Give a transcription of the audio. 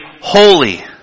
holy